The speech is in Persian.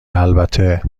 البته